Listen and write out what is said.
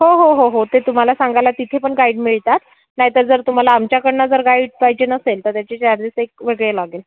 हो हो हो हो ते तुम्हाला सांगायला तिथे पण गाईड मिळतात नाहीतर जर तुम्हाला आमच्याकडनं जर गाईड पाहिजे असेल तर त्याचे चार्जेस एक वेगळे लागेल